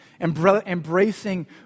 embracing